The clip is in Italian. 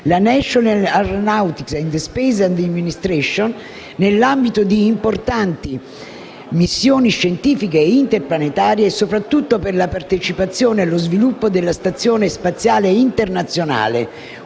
la National aeronautics and space administration, nell'ambito di importanti missioni scientifiche e interplanetarie e soprattutto per la partecipazione allo sviluppo della stazione spaziale internazionale